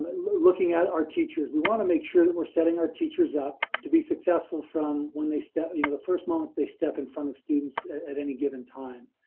looking at our teachers, we wanna make sure that we're setting our teachers up to be successful from when they step, you know the first moment they step in front of students at any given time.